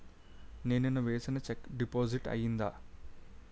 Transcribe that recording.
నేను నిన్న వేసిన చెక్ డిపాజిట్ అయిందా?